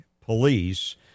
police